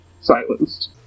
silenced